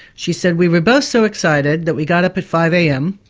she said, we were both so excited that we got up at five am.